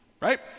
right